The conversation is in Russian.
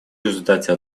результате